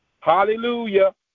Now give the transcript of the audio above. Hallelujah